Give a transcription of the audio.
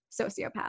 sociopath